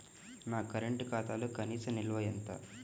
నా కరెంట్ ఖాతాలో కనీస నిల్వ ఎంత?